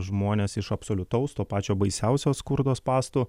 žmones iš absoliutaus to pačio baisiausio skurdo spąstų